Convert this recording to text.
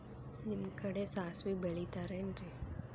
ನಿಮ್ಮ ಕಡೆ ಸಾಸ್ವಿ ಬೆಳಿತಿರೆನ್ರಿ?